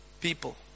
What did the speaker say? people